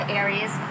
areas